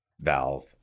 valve